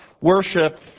worship